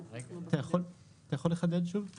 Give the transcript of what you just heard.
אתה יכול לחדד שוב את מה שאמרת?